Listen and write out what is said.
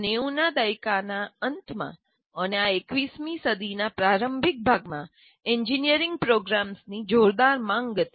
1990 ના દાયકાના અંતમાં અને આ 21 મી સદીના પ્રારંભિક ભાગમાં એન્જિનિયરિંગ પ્રોગ્રામ્સની જોરદાર માંગ હતી